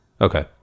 Okay